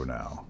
now